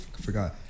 Forgot